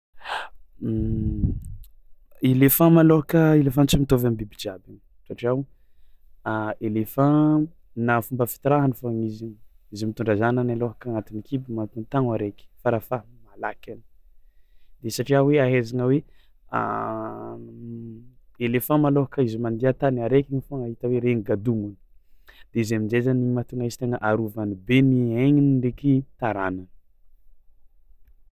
Elefan malaohaka, elefan tsy mitôvy amin'ny biby jiabigny satria o elefaan na fomba fitirahany fogna izigny, izy mitondra zanany alaohaka agnatiny kibony agnatiny taogno araiky farafahamalakiny de satria hoe ahaizagna hoe elefan malôhaka izy mandià an-tany araiky igny foagna hita hoe reny kadogna de izy amin-jay zany igny mahatonga izy tegna arovany be ny aigniny ndraiky taranany.